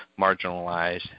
marginalized